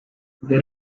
there